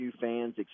fans